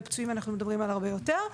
בפצועים אנחנו מדברים על הרבה יותר,